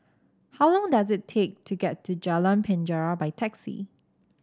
how long does it take to get to Jalan Penjara by taxi